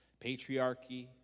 Patriarchy